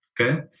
Okay